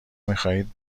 میخواهید